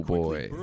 boy